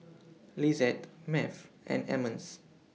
Lizeth Math and Emmons